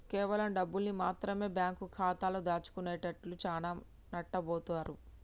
కేవలం డబ్బుల్ని మాత్రమె బ్యేంకు ఖాతాలో దాచుకునేటోల్లు చానా నట్టబోతారు